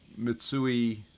Mitsui